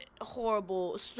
horrible